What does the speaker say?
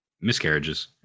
miscarriages